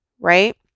right